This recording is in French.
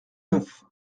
neuf